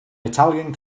italian